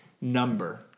number